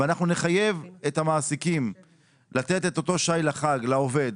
ואנחנו נחייב את המעסיקים לתת את אותו שי לחג לעובד,